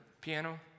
piano